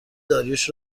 داریوش